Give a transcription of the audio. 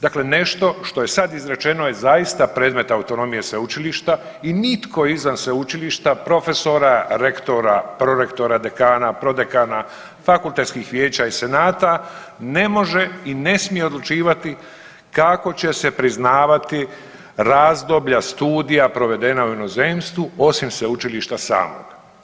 Dakle, nešto što je sad izrečeno je zaista predmet autonomije sveučilišta i nitko izvan sveučilišta profesora, rektora, prorektora, dekana, prodekana, fakultetskih vijeća i senata ne može i ne smije odlučivati kako će se priznavati razdoblja studija provedena u inozemstvu osim sveučilišta samog.